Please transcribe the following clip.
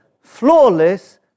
flawless